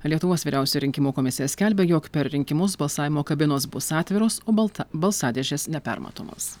lietuvos vyriausioji rinkimų komisija skelbia jog per rinkimus balsavimo kabinos bus atviros o balta balsadėžės nepermatomos